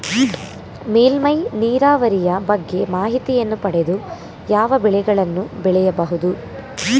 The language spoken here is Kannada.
ಮೇಲ್ಮೈ ನೀರಾವರಿಯ ಬಗ್ಗೆ ಮಾಹಿತಿಯನ್ನು ಪಡೆದು ಯಾವ ಬೆಳೆಗಳನ್ನು ಬೆಳೆಯಬಹುದು?